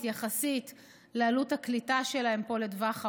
יחסית לעלות הקליטה שלהם פה לטווח ארוך.